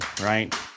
right